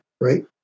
right